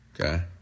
Okay